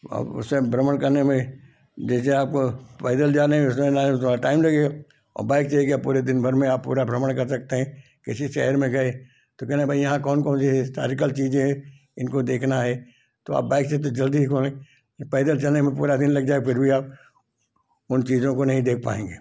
अब उसे भ्रमण करने में जैसे आपको पैदल जाने में थोड़ा टाइम लगेगा और बाइक से ये है कि आप पूरे दिन भर में आप पूरा भ्रमण कर सकतें हैं किसी शहर में गए तो कहना भाई यहाँ कौन कौन सी हिस्टारिकल चीजे हैं इनको देखना है तो आप बाइक से तो जल्दी ही पैदल चलने में पूरा दिन लग जाए फिर भी आप उन चीजों को नहीं देख पाएंगे